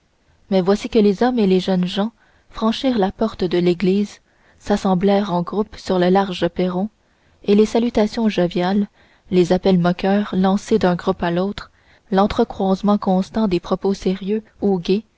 mais voici que les hommes et les jeunes gens franchirent la porte de l'église s'assemblèrent en groupes sur le large perron et les salutations joviales les appels moqueurs lancés d'un groupe à l'autre l'entrecroisement constant des propos sérieux ou gais